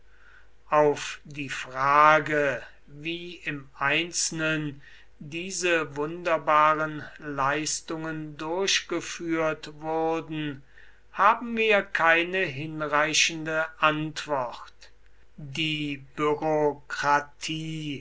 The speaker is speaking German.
auf die frage wie im einzelnen diese wunderbaren leistungen durchgeführt wurden haben wir keine hinreichende antwort die bürokratie